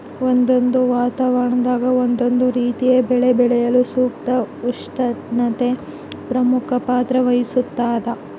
ಒಂದೊಂದು ವಾತಾವರಣದಾಗ ಒಂದೊಂದು ರೀತಿಯ ಬೆಳೆ ಬೆಳೆಯಲು ಸೂಕ್ತ ಉಷ್ಣತೆ ಪ್ರಮುಖ ಪಾತ್ರ ವಹಿಸ್ತಾದ